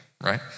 right